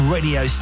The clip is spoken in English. Radio